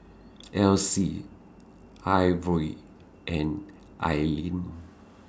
Alyse Ivor and Alene